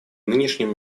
нынешнем